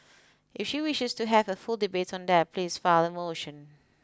if she wishes to have a full debate on that please file a motion